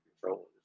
controllers